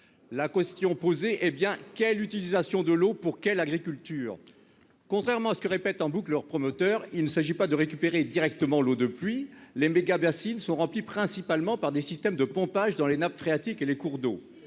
la question posée, hé bien qu'quelle l'utilisation de l'eau pour quelle agriculture, contrairement à ce que répète en boucle leurs promoteurs, il ne s'agit pas de récupérer directement l'eau de pluie le MBK bassines sont remplis, principalement par des systèmes de pompage dans les nappes phréatiques et les cours d'eau